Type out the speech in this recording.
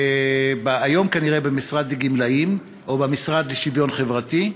היום כנראה במשרד לגמלאים או במשרד לשוויון חברתי,